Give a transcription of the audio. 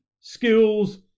skills